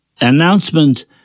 announcement